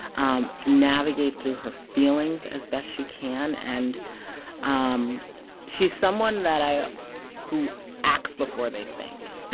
um navigate through her feelings as best she can. and ah um she's someone that i who acts before they think.